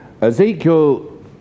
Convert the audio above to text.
Ezekiel